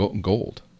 gold